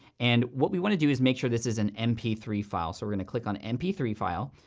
and what we wanna do is make sure this is an m p three file. so we're gonna click on m p three file,